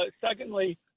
secondly